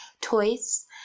toys